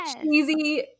cheesy